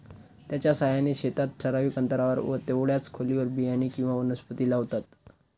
त्याच्या साहाय्याने शेतात ठराविक अंतरावर व तेवढ्याच खोलीवर बियाणे किंवा वनस्पती लावतात